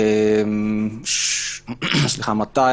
ל-2020